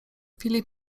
filip